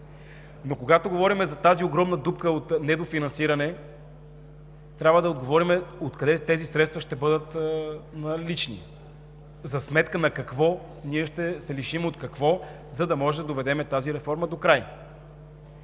Но когато говорим за тази огромна дупка от недофинансиране, трябва да си отговорим: откъде тези средства ще бъдат налични, за сметка на какво, ние ще се лишим от какво, за да можем да доведем тази реформа докрай?